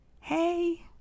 hey